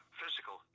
physical